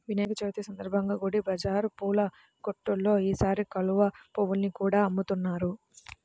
వినాయక చవితి సందర్భంగా గుడి బజారు పూల కొట్టుల్లో ఈసారి కలువ పువ్వుల్ని కూడా అమ్ముతున్నారు